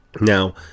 Now